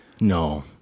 No